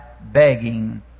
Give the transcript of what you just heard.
begging